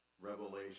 Revelation